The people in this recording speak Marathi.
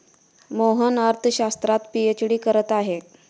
मोहन अर्थशास्त्रात पीएचडी करत आहे